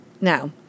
Now